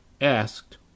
asked